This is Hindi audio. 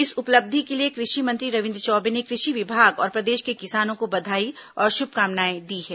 इस उपलब्धि के लिए कृषि मंत्री रविन्द्र चौबे ने कृषि विभाग और प्रदेश के किसानों को बधाई और शुभकामनाएं दी हैं